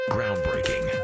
Groundbreaking